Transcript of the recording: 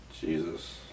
Jesus